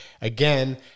again